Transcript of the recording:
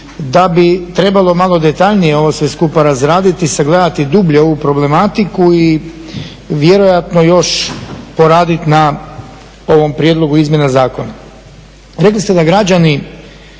da bi trebalo malo detaljnije ovo sve skupa razraditi, sagledati dublje ovu problematiku i vjerojatno još poradit na ovom prijedlogu izmjena zakona.